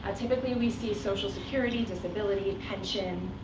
ah typically, we see social security, disability, pension,